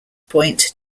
point